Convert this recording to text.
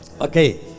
Okay